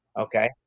okay